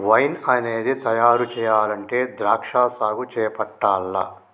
wine అనేది తయారు చెయ్యాలంటే ద్రాక్షా సాగు చేపట్టాల్ల